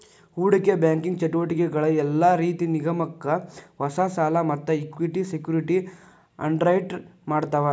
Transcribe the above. ಹೂಡಿಕಿ ಬ್ಯಾಂಕಿಂಗ್ ಚಟುವಟಿಕಿಗಳ ಯೆಲ್ಲಾ ರೇತಿ ನಿಗಮಕ್ಕ ಹೊಸಾ ಸಾಲಾ ಮತ್ತ ಇಕ್ವಿಟಿ ಸೆಕ್ಯುರಿಟಿ ಅಂಡರ್ರೈಟ್ ಮಾಡ್ತಾವ